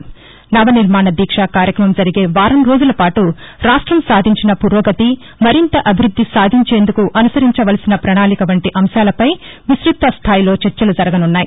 నవ నిర్శాణ దీక్ష కార్యక్రమం జరిగే వారంరోజులపాటు రాష్ట్రం సాధించిన పురోగతి మరింత అభివృద్ది సాధించేందుకు అనుసరించవలసిన పణాళిక వంటి అంశాలపై విస్తత స్థాయిలో చర్చలు జరగనున్నాయి